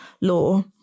law